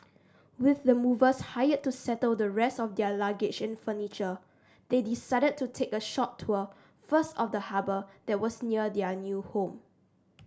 with the movers hired to settle the rest of their luggage and furniture they decided to take a short tour first of the harbour that was near their new home